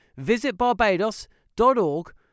visitbarbados.org